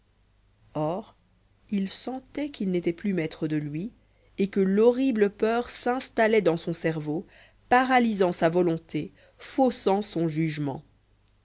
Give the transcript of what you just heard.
or il sentait qu'il n'était plus maître de lui et que l'horrible peur s'installait dans son cerveau paralysant sa volonté faussant son jugement